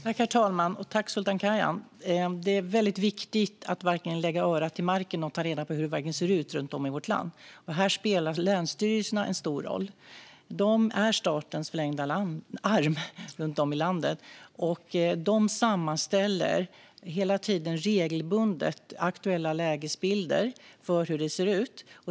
Herr talman! Jag tackar Sultan Kayhan för frågan. Det är mycket viktigt att lägga örat till marken och ta reda på hur det verkligen ser ut runt om i vårt land. Här spelar länsstyrelserna en stor roll. De är statens förlängda arm runt om i landet. De sammanställer regelbundet aktuella lägesbilder för hur det ser ut.